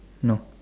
no